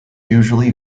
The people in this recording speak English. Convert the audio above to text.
usually